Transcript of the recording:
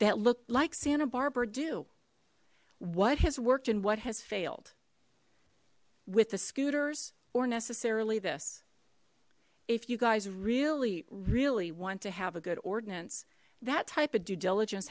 that look like santa barbara do what has worked in what has failed with the scooters or necessarily this if you guys really really want to have a good ordinance that type of due diligence